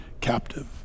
captive